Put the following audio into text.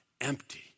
empty